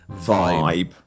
vibe